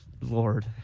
Lord